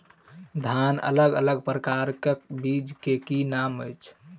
धान अलग अलग प्रकारक बीज केँ की नाम अछि?